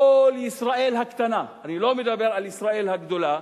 כל ישראל הקטנה, אני לא מדבר על ישראל הגדולה,